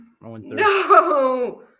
no